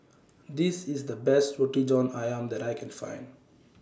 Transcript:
This IS The Best Roti John Ayam that I Can Find